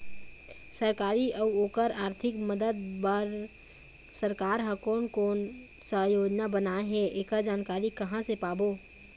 सरकारी अउ ओकर आरथिक मदद बार सरकार हा कोन कौन सा योजना बनाए हे ऐकर जानकारी कहां से पाबो?